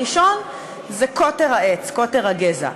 הראשון זה קוטר העץ, קוטר הגזע.